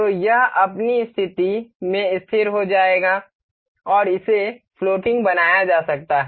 तो यह अपनी स्थिति में स्थिर हो जाएगा और इसे फ्लोटिंग बनाया जा सकता है